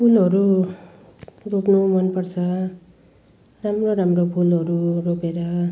फुलहरू रोप्नु मनपर्छ राम्रो राम्रो फुलहरू रोपेर